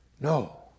No